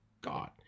God